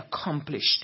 accomplished